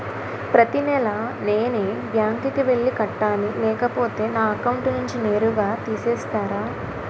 ప్రతి నెల నేనే బ్యాంక్ కి వెళ్లి కట్టాలి లేకపోతే నా అకౌంట్ నుంచి నేరుగా తీసేస్తర?